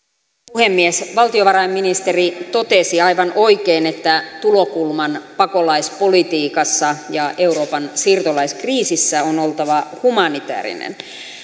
puhemies valtiovarainministeri totesi aivan oikein että tulokulman pakolaispolitiikassa ja euroopan siirtolaiskriisissä on oltava humanitäärinen